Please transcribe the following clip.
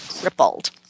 crippled